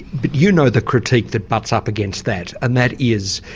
but you know the critique that butts up against that. and that is,